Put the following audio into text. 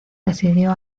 decidió